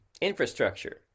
infrastructure